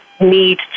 need